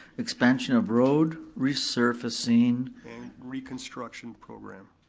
expansion of road, resurfacing. and reconstruction program.